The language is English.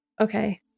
Okay